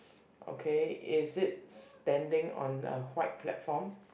okay is it standing on the white platform